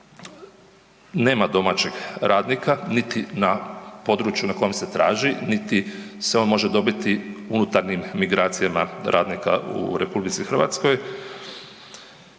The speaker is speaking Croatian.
nema domaćeg radnika niti na području na koje se traži niti se on može dobiti unutarnjim migracijama radnika u RH poslodavac